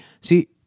see